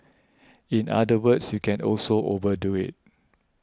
in other words you can also overdo it